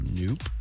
Nope